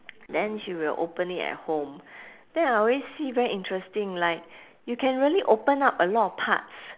then she will open it at home then I always see very interesting like you can really open up a lot of parts